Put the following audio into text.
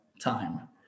time